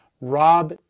rob